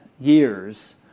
years